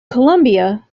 columbia